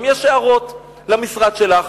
אם יש הערות למשרד שלך,